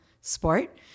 sport